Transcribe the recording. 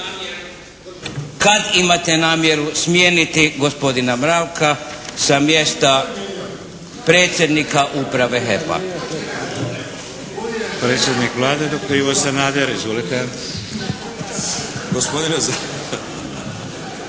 kad imate namjeru smijeniti gospodina Mravka sa mjesta predsjednika Uprave HEP-a?